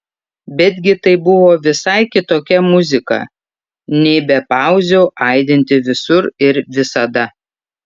betgi tai buvo visai kitokia muzika nei be pauzių aidinti visur ir visada